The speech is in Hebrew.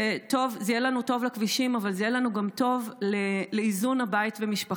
זה יהיה לנו טוב לכבישים אבל זה יהיה לנו גם טוב לאיזון הבית והמשפחה.